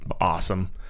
awesome